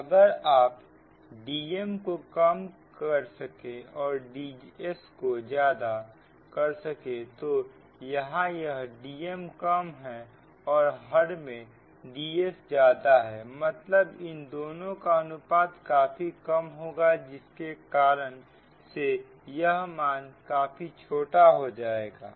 अगर आप Dm को कम कर सके और Dsको ज्यादा कर सके तो यहां यह Dmकम है और हर में Ds ज्यादा है मतलब इन दोनों का अनुपात काफी कम होगा जिसके कारण से यह मान काफी छोटा हो जाएगा